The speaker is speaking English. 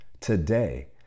today